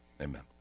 amen